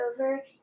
over